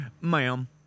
Ma'am